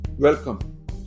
Welcome